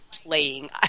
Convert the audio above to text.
playing